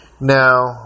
Now